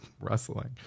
wrestling